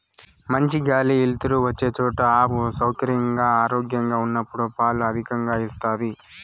మంచి గాలి ఎలుతురు వచ్చే చోట ఆవు సౌకర్యంగా, ఆరోగ్యంగా ఉన్నప్పుడు పాలు అధికంగా ఇస్తాది